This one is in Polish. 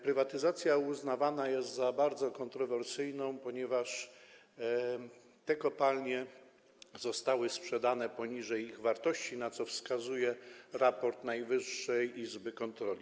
Prywatyzacja uznawana jest za bardzo kontrowersyjną, ponieważ kopalnie zostały sprzedane poniżej ich wartości, na co wskazuje raport Najwyższej Izby Kontroli.